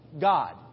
God